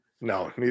No